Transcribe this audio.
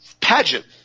pageant